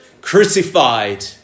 crucified